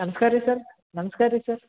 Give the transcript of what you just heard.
ನಮ್ಸ್ಕಾರ ರೀ ಸರ್ ನಮ್ಸ್ಕಾರ ರೀ ಸರ್